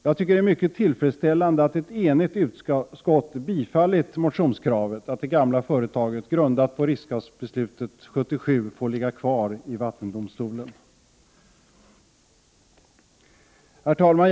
Jag tycker det är mycket tillfredsställande att ett enigt utskott biträtt motionskravet, att det gamla företaget, grundat på riksdagsbeslutet 1977, får ligga kvar i vattendomstolen. Herr talman!